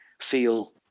feel